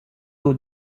eaux